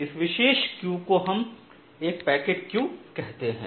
इस विशेष क्यू को हम एक पैकेट क्यू कहते हैं